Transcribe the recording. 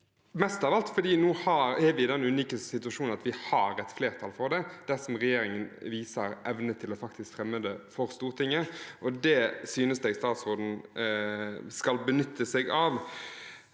mest av alt fordi vi nå er i den unike situasjonen at vi har et flertall for det, dersom regjeringen viser evne til faktisk å fremme det for Stortinget, og det synes jeg statsråden skal benytte seg av.